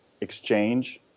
exchange